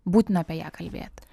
būtina apie ją kalbėt